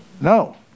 No